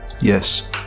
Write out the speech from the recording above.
Yes